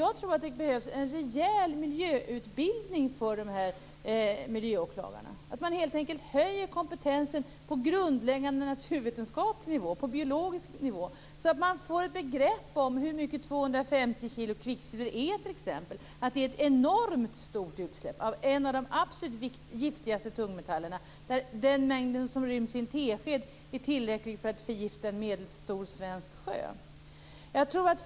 Jag tror att det behövs en rejäl miljöutbildning för miljöåklagarna, helt enkelt att man höjer deras kompetens på en grundläggande naturvetenskaplig och biologisk nivå. Då får de t.ex. ett begrepp om hur mycket 250 kilo kvicksilver är. Det är ett enormt stort utsläpp av en av de absolut giftigaste tungmetallerna. Den mängd som ryms i en tesked är tillräcklig för att förgifta en medelstor svensk sjö.